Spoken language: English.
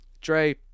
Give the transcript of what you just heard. Dre